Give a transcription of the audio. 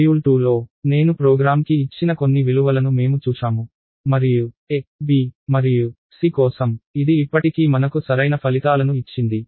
module 2లో నేను ప్రోగ్రామ్కి ఇచ్చిన కొన్ని విలువలను మేము చూశాము మరియు a b మరియు c కోసం ఇది ఇప్పటికీ మనకు సరైన ఫలితాలను ఇచ్చింది